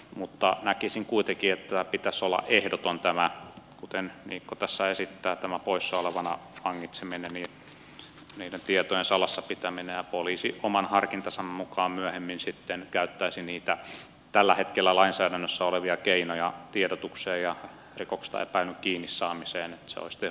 mutta näkisin kuitenkin että kuten niikko tässä esittää tämän poissaolevana vangitsemisen niiden tietojen salassa pitämisen pitäisi olla ehdotonta ja poliisi oman harkintansa mukaan myöhemmin sitten käyttäisi niitä tällä hetkellä lainsäädännössä olevia keinoja tiedotukseen ja rikoksesta epäillyn kiinni saamiseen toisten